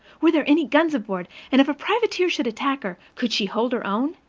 were there any guns aboard, and if a privateer should attack her, could she hold her own?